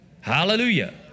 Hallelujah